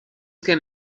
can